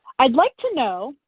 i'd like to know,